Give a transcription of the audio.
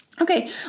Okay